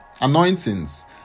anointings